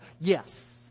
Yes